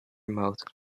moat